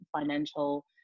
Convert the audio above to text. financial